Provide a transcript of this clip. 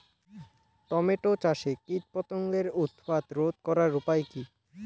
Tomato চাষে কীটপতঙ্গের উৎপাত রোধ করার উপায় কী?